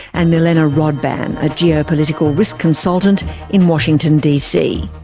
and milena rodban, a geopolitical risk consultant in washington dc.